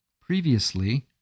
Previously